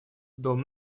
дом